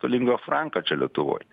lingua franca čia lietuvoj